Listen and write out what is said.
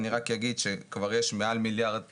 אני רק אגיד שכבר יש מעל מיליארד שקלים,